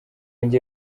njye